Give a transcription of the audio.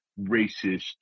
racist